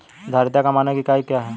धारिता का मानक इकाई क्या है?